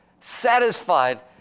satisfied